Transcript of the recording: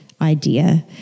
idea